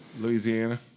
louisiana